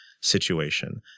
situation